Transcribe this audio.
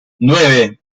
nueve